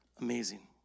amazing